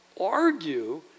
argue